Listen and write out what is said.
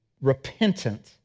repentant